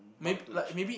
more than two each